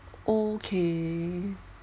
okay